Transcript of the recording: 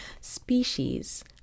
species